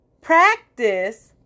practice